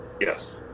Yes